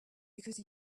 because